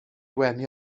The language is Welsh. wenu